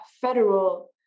federal